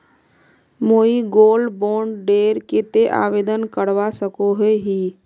मुई gold bond डेर केते आवेदन करवा सकोहो ही?